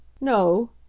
No